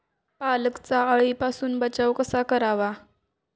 पालकचा अळीपासून बचाव कसा करावा?